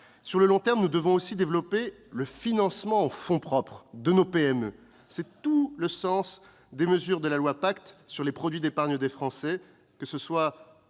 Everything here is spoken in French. Sur le long terme, nous devons aussi développer le financement en fonds propres de nos PME. C'est tout le sens des mesures du projet de loi PACTE relatives aux produits d'épargne des Français, qu'il